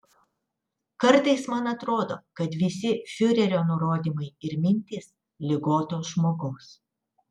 kartais man atrodo kad visi fiurerio nurodymai ir mintys ligoto žmogaus